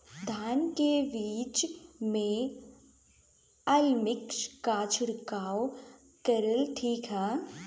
धान के बिज में अलमिक्स क छिड़काव करल ठीक ह?